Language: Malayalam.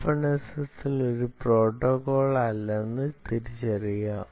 ഓപ്പൺഎസ്എസ്എൽ ഒരു പ്രോട്ടോക്കോൾ അല്ലെന്നത് ശ്രദ്ധിക്കുക